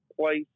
place